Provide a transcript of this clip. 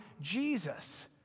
Jesus